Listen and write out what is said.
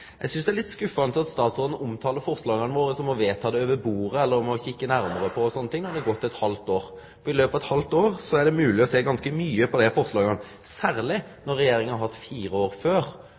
eg seie eg synest det er skuffande at statsråden omtalar forslaga våre som å vedta det over bordet eller å kikke nærmare på dei osv. når det har gått eit halvt år. På eit halvt år hadde det vore mogleg å se mykje på desse forslaga, særleg når Regjeringa har hatt fire år før